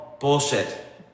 Bullshit